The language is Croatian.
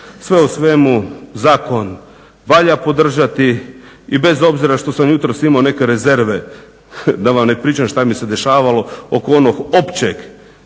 Sve u svemu zakon valja podržati i bez obzira što sam jutros imao neke rezerve, da vam ne pričam što mi se dešavalo, oko onog Općeg